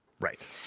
Right